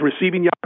receiving